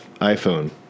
iPhone